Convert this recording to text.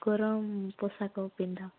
ଗରମ ପୋଷାକ ପିନ୍ଧ